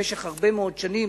במשך הרבה מאוד שנים,